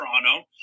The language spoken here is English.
Toronto